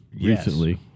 recently